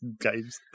games